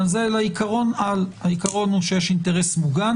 הזה אלא על עיקרון שיש אינטרס מוגן.